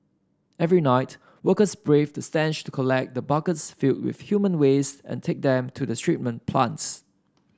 every night workers braved the stench to collect the buckets filled with human waste and take them to the treatment plants